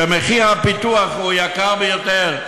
שבה הפיתוח הוא יקר ביותר,